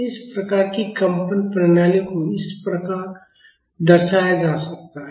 इस प्रकार की कंपन प्रणालियों को इस प्रकार दर्शाया जा सकता है